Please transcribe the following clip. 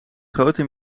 grote